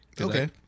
Okay